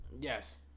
yes